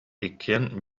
иккиэн